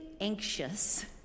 anxious